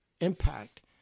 impact